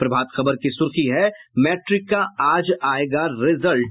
प्रभात खबर की सुर्खी है मैट्रिक का आज आयेगा रिजल्ट